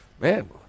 man